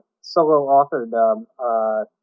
solo-authored